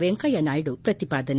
ವೆಂಕಯ್ಲನಾಯ್ಲು ಪ್ರತಿಪಾದನೆ